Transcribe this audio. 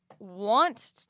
want